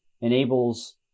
enables